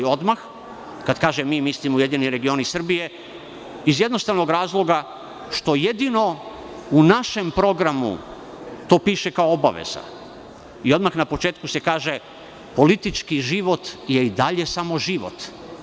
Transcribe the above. Kada kažem mi, mislim na URS iz jednostavnog razloga što jedino u našem programu to piše kao obaveza i odmah na početku se kaže – politički život je i dalje samo život.